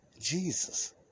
Jesus